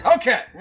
Okay